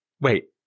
wait